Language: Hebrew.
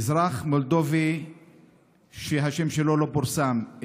אזרח מולדובי שהשם שלו לא פורסם,